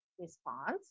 response